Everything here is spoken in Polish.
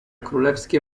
królewskie